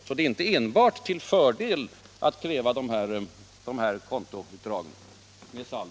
Kontoutdrag med uppgift om saldo är sålunda inte enbart en fördel.